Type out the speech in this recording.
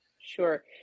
Sure